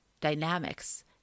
dynamics